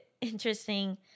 interesting